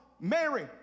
Mary